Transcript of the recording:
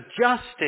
justice